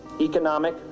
economic